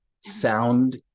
sound